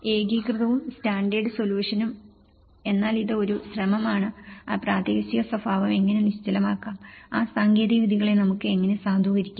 ഏകീകൃതവും standard സൊല്യൂഷനും എന്നാൽ ഇത് ഒരു ശ്രമമാണ് ആ പ്രാദേശിക സ്വഭാവം എങ്ങനെ നിശ്ചലമാക്കാം ആ സാങ്കേതികതകളെ നമുക്ക് എങ്ങനെ സാധൂകരിക്കാം